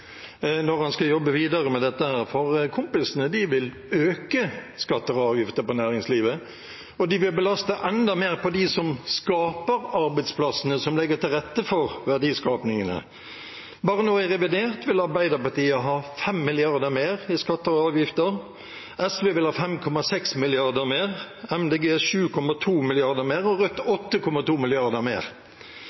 når de skal jobbe videre med dette, for kompisene vil øke skatter og avgifter for næringslivet, og de vil belaste dem som skaper arbeidsplassene, som legger til rette for verdiskapingen, enda mer. Bare nå i revidert vil Arbeiderpartiet ha 5 mrd. kr mer i skatter og avgifter, SV 5,6 mrd. kr mer, Miljøpartiet De Grønne 7,2 mrd. kr mer og Rødt 8,2 mrd. kr mer.